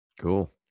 cool